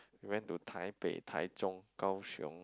you went to Taipei Taichung Kaohsiung